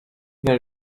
there